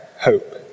hope